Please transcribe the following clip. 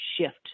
shift